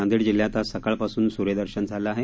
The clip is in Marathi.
नांदेड जिल्ह्यात आज सकाळ पासून सुर्यदर्शन झालं आहे